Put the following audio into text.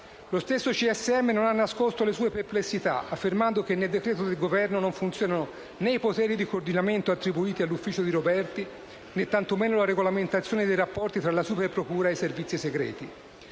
Lo stesso CSM non ha nascosto le sue perplessità, affermando che nel decreto del Governo non funzionano né i poteri di coordinamento attribuiti all'ufficio di Roberti, né tantomeno la regolamentazione dei rapporti tra la Superprocura e i servizi segreti.